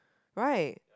right